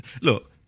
Look